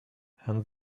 and